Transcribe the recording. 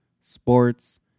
sports